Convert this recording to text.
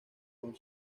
con